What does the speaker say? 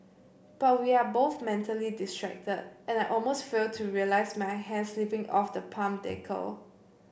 but we are both mentally distracted and I almost fail to realise my hand slipping off the palm decal